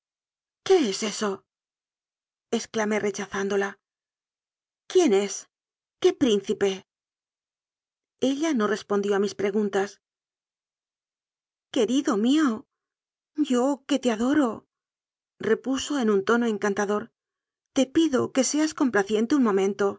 qué es eso exclamé rechazándola quién es qué prín cipe ella no respondió a mis preguntas que rido mío yo que te adororepuso en un tono encantador te pido que seas complaciente un momento